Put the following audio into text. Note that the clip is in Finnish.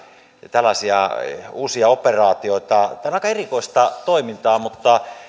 tällaisia uusia operaatioita tämä on aika erikoista toimintaa mutta